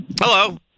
hello